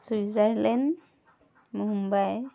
Switzerland Mumbai